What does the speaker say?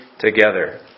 together